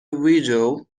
vigil